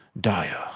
dire